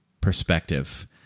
perspective